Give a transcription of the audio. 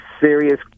serious